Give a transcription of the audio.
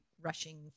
rushing